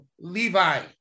Levi